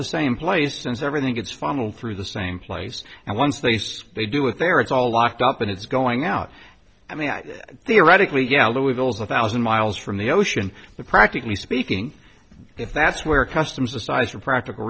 the same place since everything gets funneled through the same place and once they say they do with their it's all locked up and it's going out i mean they're radically you know louisville's a thousand miles from the ocean the practically speaking if that's where customs the size for practical